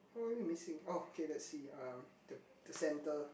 one missing okay let see um the the centre